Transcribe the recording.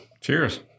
Cheers